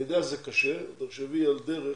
אני יודע שזה קשה, אבל תחשבי על דרך